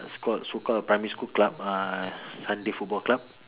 it's called so called a primary school club uh Sunday football club